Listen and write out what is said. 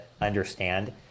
understand